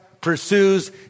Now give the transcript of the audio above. pursues